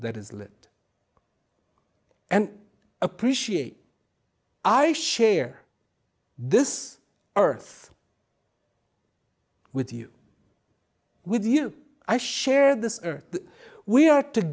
that is lit and appreciate i share this earth with you with you i share this earth we are to